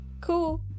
cool